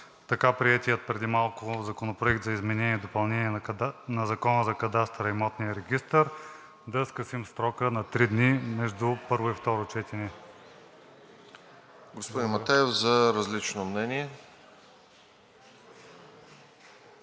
така приетия преди малко Законопроект за изменение и допълнение на Закона за кадастъра и имотния регистър да скъсим срока на три дни между първо и второ четене.